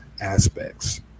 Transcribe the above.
aspects